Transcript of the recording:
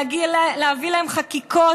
להביא להם חקיקות